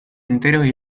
enteros